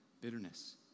bitterness